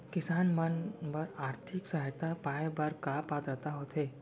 किसान मन बर आर्थिक सहायता पाय बर का पात्रता होथे?